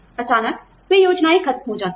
और अचानक वे योजनाएँ खत्म हो जाती हैं